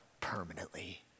permanently